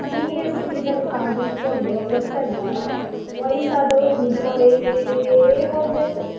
senior citizen card ಹಿಡ್ಕೊಂಡು ಬಸ್ಸಲ್ಲಿ ವಯ್ಸಾದವರು ನಿಂತ್ಕೊಂಡೇ ಹೋಗಬೇಕು